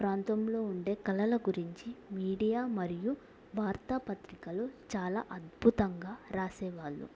ప్రాంతంలో ఉండే కళల గురించి మీడియా మరియు వార్తాపత్రికలు చాలా అద్భుతంగా రాసేవాళ్ళు